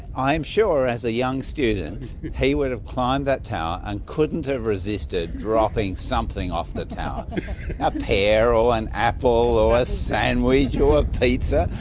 i'm sure as a young student he would have climbed that tower and couldn't have resisted dropping something off the tower a pear or an apple or a sandwich or a pizza.